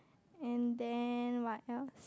and then what else